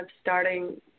starting